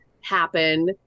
happen